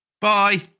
bye